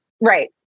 Right